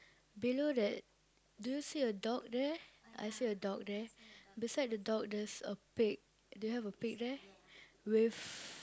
below that do you see a dog there I see a dog there beside the dog there's a pig do you have a pig there with